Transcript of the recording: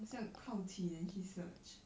好像好奇 then 去 search